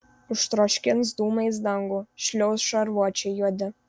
užtroškins dūmais dangų šliauš šarvuočiai juodi